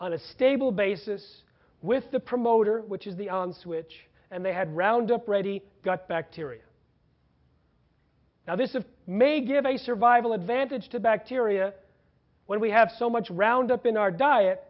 on a stable basis with the promoter which is the on switch and they had roundup ready gut bacteria now this of may give a survival advantage to bacteria when we have so much round up in our diet